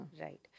Right